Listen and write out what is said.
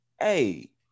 hey